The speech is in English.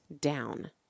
down